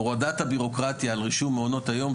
הורדת הבירוקרטיה על רישום מעונות היום,